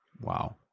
Wow